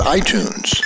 iTunes